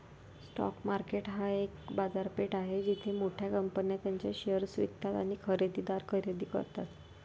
stock market ही एक बाजारपेठ आहे जिथे मोठ्या कंपन्या त्यांचे शेअर्स विकतात आणि खरेदीदार खरेदी करतात